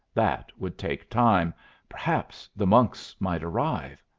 that would take time perhaps the monks might arrive.